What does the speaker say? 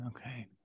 Okay